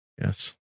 Yes